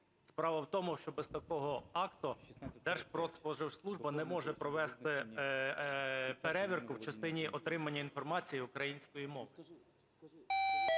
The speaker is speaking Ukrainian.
Справа в тому, що без такого актуДержпродспоживслужба не може провести перевірку в частині отримання інформації українською мовою.